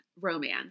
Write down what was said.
romance